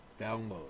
download